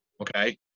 Okay